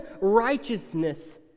righteousness